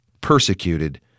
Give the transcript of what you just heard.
persecuted